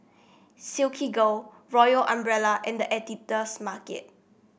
Silkygirl Royal Umbrella and The Editor's Market